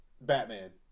Batman